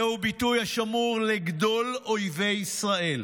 זהו ביטוי השמור לגדול אויבי ישראל.